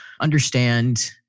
understand